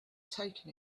taken